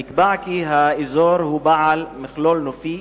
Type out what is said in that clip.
נקבע כי האזור הוא בעל מכלול נופי,